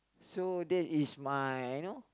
so that is my you know